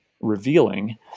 revealing